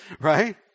Right